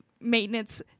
maintenance